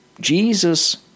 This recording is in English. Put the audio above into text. Jesus